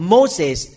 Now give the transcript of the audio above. Moses